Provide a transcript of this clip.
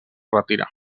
retirà